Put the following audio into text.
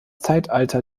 zeitalter